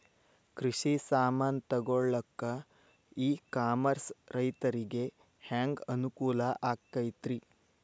ಕೃಷಿ ಸಾಮಾನ್ ತಗೊಳಕ್ಕ ಇ ಕಾಮರ್ಸ್ ರೈತರಿಗೆ ಹ್ಯಾಂಗ್ ಅನುಕೂಲ ಆಕ್ಕೈತ್ರಿ?